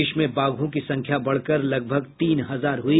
देश में बाघों की संख्या बढ़कर लगभग तीन हजार हुई